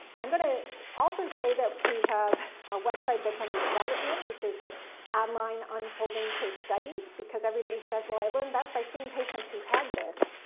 i'm going to also say that we have a website that's under development, which is an ah online unfolding case studies, because everybody says, well, i learn best by seeing patients who've had this.